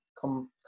come